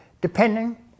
depending